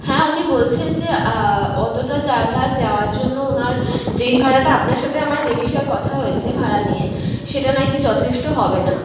হ্যাঁ উনি বলছেন যে অতটা জায়গা যাওয়ার জন্য ওনার যেই ভাড়াটা আপনার সাথে আমার যে বিষয়ে কথা হয়েছে ভাড়া নিয়ে সেটা নাকি যথেষ্ট হবে না